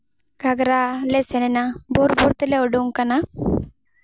ᱜᱷᱟᱜᱽᱨᱟ ᱞᱮ ᱥᱮᱱ ᱮᱱᱟ ᱵᱷᱳᱨ ᱵᱷᱳᱨ ᱛᱮᱞᱮ ᱩᱰᱩᱝ ᱠᱟᱱᱟ